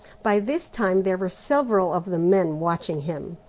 by this time there were several of the men watching him,